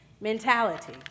mentality